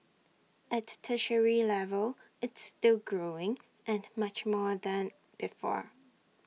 at tertiary level it's still growing and much more than before